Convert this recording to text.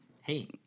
hey